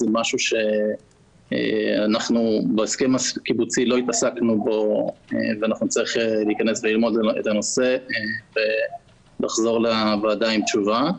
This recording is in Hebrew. זה משהו שאנחנו לא עסקנו בו ונצטרך ללמוד אותו ולחזור לוועדה עם תשובה.